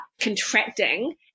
contracting